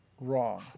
wrong